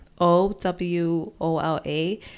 o-w-o-l-a